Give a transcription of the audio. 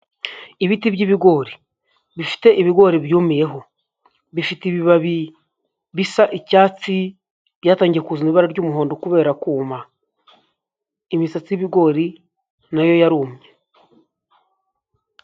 Ibiti by'ibigori bifite ibigori byumiyeho bifite ibibabi bisa icyatsi, byatangiye ku ibara ry'umuhondo kubera kuma imisatsi y'ibigori nayo yarumye.